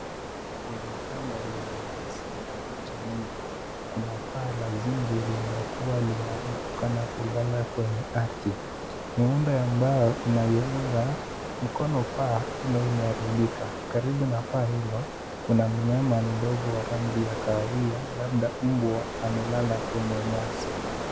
Kwenye shamba lenye nyasi na miti mingi kuna paa la zingi lililokuwa limeanguka na kulala kwenye ardhi. Muundo ya mbao inayounga mkono paa umeharibika. Karibu na paa hilo kuna mnyama mdogo wa rangi ya kahawia labda mbwa amelala kwenye nyasi.